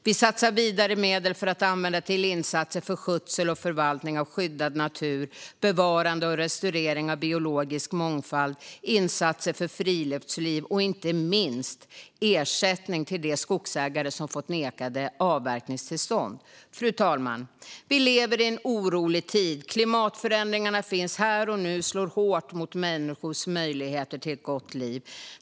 Vi satsar vidare medel som ska användas till insatser för skötsel och förvaltning av skyddad natur, bevarande och restaurering av biologisk mångfald, insatser för friluftsliv och inte minst ersättning till de skogsägare som fått nekade avverkningstillstånd. Fru talman! Vi lever i en orolig tid. Klimatförändringarna finns här och nu och slår hårt mot människors möjligheter till ett gott liv.